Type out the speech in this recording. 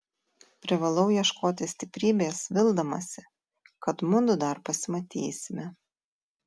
privalau ieškoti stiprybės vildamasi kad mudu dar pasimatysime